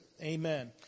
Amen